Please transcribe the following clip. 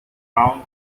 town